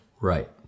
Right